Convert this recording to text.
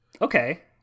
Okay